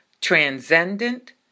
transcendent